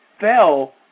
fell